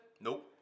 Nope